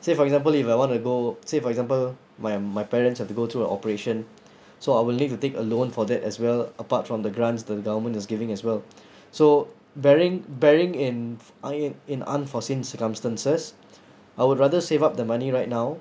say for example if I want to go say for example my my parents have to go through a operation so I will need to take a loan for that as well apart from the grants the government is giving as well so bearing bearing in I in unforeseen circumstances I would rather save up the money right now